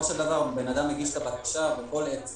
אדם הגיש את הבקשה בכל עת.